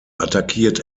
attackiert